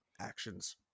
actions